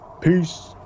Peace